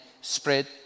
spread